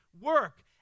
work